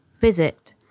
visit